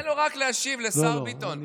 תן לו רק להשיב, לשר ביטון.